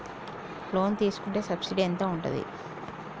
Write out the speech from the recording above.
Loan తీసుకుంటే subsidy ఎంత ఉంటది?